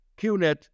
QNET